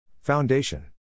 Foundation